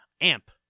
AMP